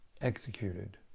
executed